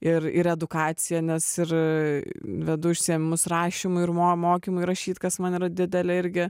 ir ir edukacija nes ir vedu užsiėmimus rašymui ir mo mokymui rašyti kas man yra didelė irgi